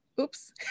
oops